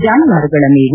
ಜಾನುವಾರುಗಳ ಮೇವು